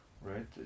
right